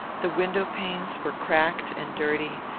the window-panes were cracked and dirty,